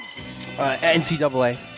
NCAA